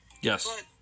Yes